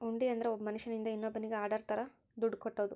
ಹುಂಡಿ ಅಂದ್ರ ಒಬ್ಬ ಮನ್ಶ್ಯನಿಂದ ಇನ್ನೋನ್ನಿಗೆ ಆರ್ಡರ್ ತರ ದುಡ್ಡು ಕಟ್ಟೋದು